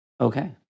Okay